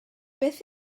beth